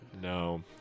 No